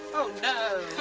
oh, no.